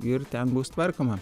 ir ten bus tvarkoma